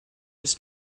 his